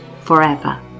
forever